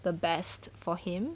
the best for him